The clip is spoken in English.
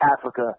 Africa